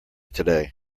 today